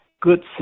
good